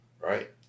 Right